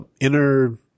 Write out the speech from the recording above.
inner